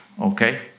Okay